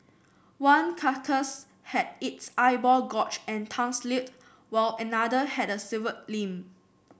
one carcass had its eyeball gorged and tongue slit while another had a severed limb